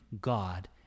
God